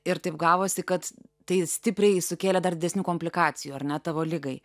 ir taip gavosi kad tai stipriai sukėlė dar didesnių komplikacijų ar ne tavo ligai